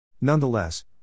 Nonetheless